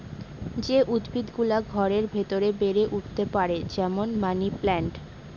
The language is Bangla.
যে উদ্ভিদ গুলো ঘরের ভেতরে বেড়ে উঠতে পারে, যেমন মানি প্লান্ট